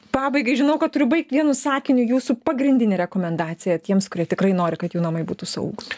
pabaigai žinau kad turiu baigt vienu sakiniu jūsų pagrindinė rekomendacija tiems kurie tikrai nori kad jų namai būtų saugūs